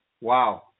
Wow